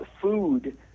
food